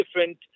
different